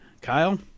Kyle